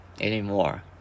anymore